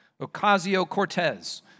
Ocasio-Cortez